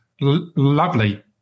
lovely